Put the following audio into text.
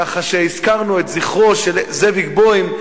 ככה כשהזכרנו את זכרו של זאביק בוים,